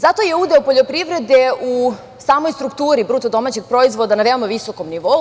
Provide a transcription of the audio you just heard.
Zato je udeo poljoprivrede u samoj strukturi BDP na veoma visokom nivou.